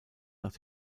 nach